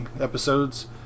episodes